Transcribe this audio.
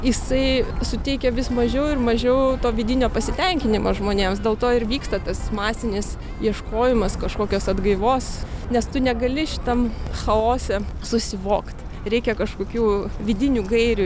jisai suteikia vis mažiau ir mažiau to vidinio pasitenkinimo žmonėms dėl to ir vyksta tas masinis ieškojimas kažkokios atgaivos nes tu negali šitam chaose susivokt reikia kažkokių vidinių gairių